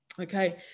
Okay